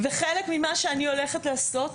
וחלק ממה שאני הולכת לעשות,